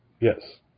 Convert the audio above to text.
Yes